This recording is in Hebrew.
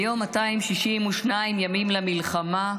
היום 262 ימים למלחמה,